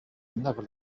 never